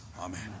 Amen